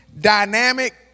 dynamic